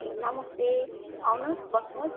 ए नमस्ते आउनुहोस् बस्नुहोस्